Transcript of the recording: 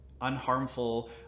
unharmful